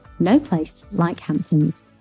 NoPlaceLikeHamptons